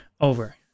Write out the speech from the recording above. over